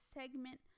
segment